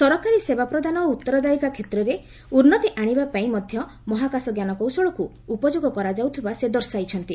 ସରକାରୀ ସେବା ପ୍ରଦାନ ଓ ଉତ୍ତରଦାୟିକା କ୍ଷେତ୍ରରେ ଉନ୍ନତି ଆଣିବା ପାଇଁ ମଧ୍ୟ ମହାକାଶ ଜ୍ଞାନକୌଶଳକୁ ଉପଯୋଗ କରାଯାଉଥିବା ସେ ଦର୍ଶାଇଛନ୍ତି